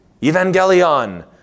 evangelion